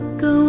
go